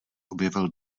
objevil